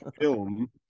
film